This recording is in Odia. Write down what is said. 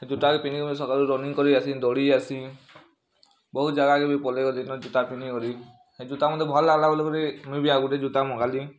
ଯୁତା କେ ପିନ୍ଧିକି ମୁଇଁ ସକାଲେ ରନିଙ୍ଗ୍ କରି ଯାଇସି ଦୌଡ଼ି ଯାଇସି ବହୁତ୍ ଜାଗା କେ ବି ପଳେଇ ଗଲିନ ଯୁତା ପିନ୍ଧିକରି ହେ ଯୁତା ମୋତେ ଭଲ୍ ଲାଗଲା ବୋଲି କରି ମୁଇଁ ବି ଆଉ ଗୁଟେ ଯୁତା ମଗାଲି